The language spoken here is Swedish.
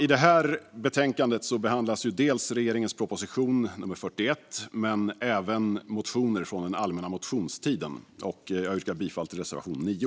I det här betänkandet behandlas dels regeringens proposition 41, dels motioner från den allmänna motionstiden. Jag yrkar bifall till reservation 9.